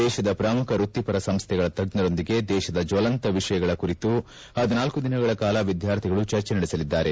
ದೇಶದ ಪ್ರಮುಖ ವ್ಯಕ್ತಿಪರ ಸಂಸ್ಥೆಗಳ ತಜ್ಞರೊಂದಿಗೆ ದೇಶದ ಜ್ವಲಂತ ವಿಷಯಗಳ ಕುರಿತು ಪದಿನಾಲ್ಕು ದಿನಗಳ ಕಾಲ ವಿದ್ಧಾರ್ಥಿಗಳು ಚರ್ಚೆ ನಡೆಸಲಿದ್ದಾರೆ